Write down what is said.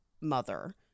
mother